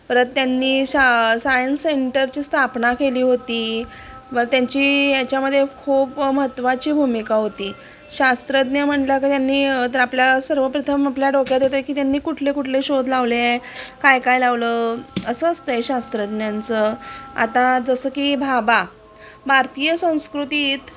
परत त्यांनी शा सायन्स सेंटरची स्थापना केली होती व त्यांची याच्यामध्ये खूप महत्वाची भूमिका होती शास्त्रज्ञ म्हटलं का त्यांनी तर आपल्या सर्वप्रथम आपल्या डोक्यात होतं की त्यांनी कुठले कुठले शोध लावले आहे काय काय लावलं असं असतं शास्त्रज्ञांचं आता जसं की भाभा भारतीय संस्कृतीत